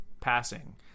passing